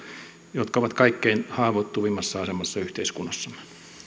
jotka ovat kaikkein haavoittuvimmassa asemassa yhteiskunnassamme